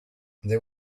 there